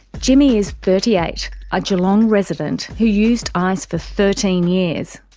jimmy is thirty eight, a geelong resident who used ice for thirteen years.